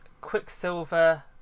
Quicksilver